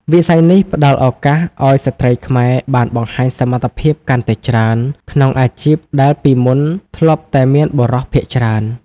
វិស័យនេះផ្ដល់ឱកាសឱ្យស្ត្រីខ្មែរបានបង្ហាញសមត្ថភាពកាន់តែច្រើន ក្នុងអាជីពដែលពីមុនធ្លាប់តែមានបុរសភាគច្រើន។